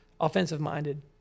offensive-minded